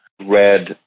red